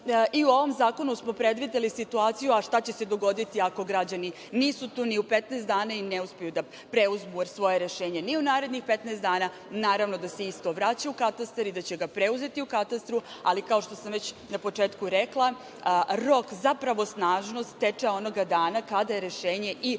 i u ovom zakonu smo predvideli situaciju, a šta će se dogoditi ako građani nisu tu ni u 15 dana i ne uspeju da preuzmu svoje rešenje ni u narednih 15 dana. Naravno da se isto vraća u katastar i da će ga preuzeti u katastru, ali kao što sam već na početku rekla, rok za pravosnažnost teče onoga dana kada je rešenje i objavljeno